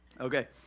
Okay